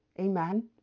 Amen